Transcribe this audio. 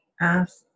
ask